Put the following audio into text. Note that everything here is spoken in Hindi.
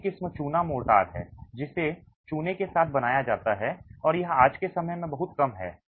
अन्य किस्म चूना मोर्टार है जिसे चूने के साथ बनाया जाता है और यह आज के समय में बहुत कम है